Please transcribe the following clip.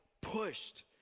pushed